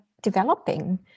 developing